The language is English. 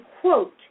quote